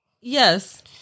Yes